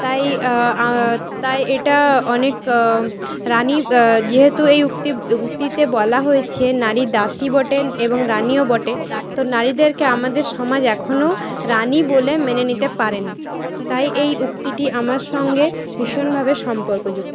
তাই তাই এটা অনেক রানী যেহেতু এই উক্তি উক্তিতে বলা হয়েছে নারী দাসী বটে এবং রানীও বটে তো নারীদেরকে আমাদের সমাজ এখনও রানী বলে মেনে নিতে পারে নি তাই এই উক্তিটি আমার সঙ্গে ভীষণভাবে সম্পর্কযুক্ত